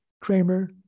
Kramer